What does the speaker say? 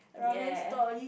ya